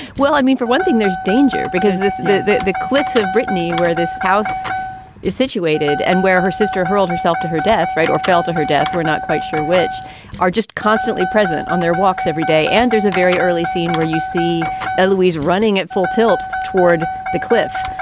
well, i mean, for one thing, there's danger because the the cliffs of brittany, where this house is situated and where her sister hurled herself to her death. right or fell to her death, we're not quite sure which are just constantly present on their walks every day. and there's a very early scene where you see louise running at full tilt toward the cliff.